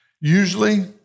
Usually